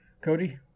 cody